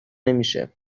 نمیشه